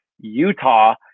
Utah